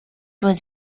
was